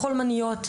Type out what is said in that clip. החולמניות,